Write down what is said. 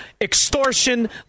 extortion